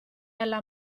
alla